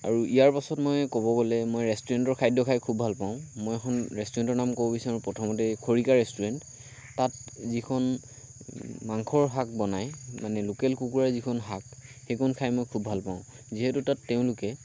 আৰু ইয়াৰ পাছত মই ক'ব গ'লে মই ৰেষ্টুৰেণ্টৰ খাদ্য খাই খুব ভাল পাওঁ মই এখন ৰেষ্টুৰেণ্টৰ নাম ক'ব বিচাৰোঁ প্ৰথমতে খৰিকা ৰেষ্টুৰেণ্ট তাত যিখন মাংসৰ শাক বনায় মানে লোকেল কুকুৰাৰ যিখন শাক সেইকণ খাই মই খুব ভাল পাওঁ যিহেতু তাত তেওঁলোকে